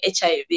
HIV